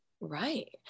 right